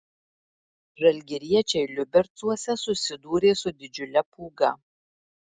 žalgiriečiai liubercuose susidūrė su didžiule pūga